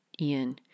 Ian